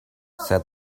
said